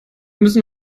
müssen